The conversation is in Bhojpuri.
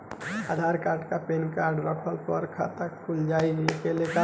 आधार कार्ड आ पेन कार्ड ना रहला पर खाता खुल सकेला का?